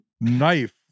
knife